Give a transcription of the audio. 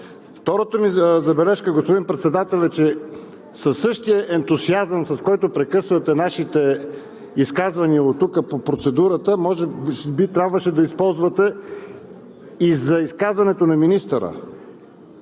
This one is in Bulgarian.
Втората ми забележка, господин Председател, е, че същия ентусиазъм, с който прекъсвате нашите изказвания от тук по процедурата, може би трябваше да използвате и за изказването на министъра.